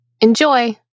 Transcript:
Enjoy